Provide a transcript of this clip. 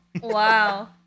wow